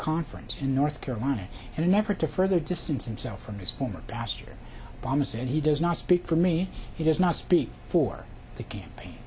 conference in north carolina and never to further distance himself from his former pastor obama said he does not speak for me he does not speak for the campaign